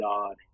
God